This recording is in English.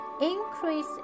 increase